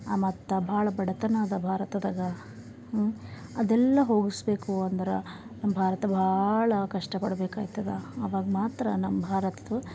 ಮತ್ತು ಭಾಳ ಬಡತನ ಅದ ಭಾರತದಾಗ ಅದೆಲ್ಲ ಹೋಗಿಸಬೇಕು ಅಂದ್ರೆ ನಮ್ಮ ಭಾರತ ಭಾಳ ಕಷ್ಟಪಡ್ಬೆಕೈತದ ಆವಾಗ ಮಾತ್ರ ನಮ್ಮ ಭಾರತದು